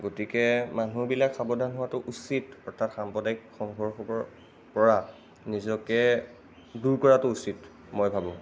গতিকে মানুহবিলাক সাৱধান হোৱাতো উচিত অৰ্থাৎ সাম্প্ৰদায়িক সংঘৰ্ষৰ পৰা নিজকে দূৰ কৰাতো উচিত মই ভাবোঁ